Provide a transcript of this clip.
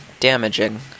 damaging